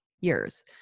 years